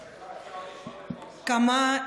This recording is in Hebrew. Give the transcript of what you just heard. סליחה,